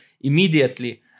immediately